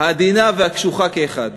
העדינה והקשוחה כאחד.